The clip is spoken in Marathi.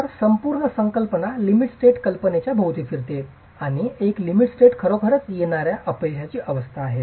तर संपूर्ण संकल्पना लिमिट स्टेट कल्पनेच्या भोवती फिरते आणि एक लिमिट स्टेट खरोखरच येणार्या अपयशाची अवस्था आहे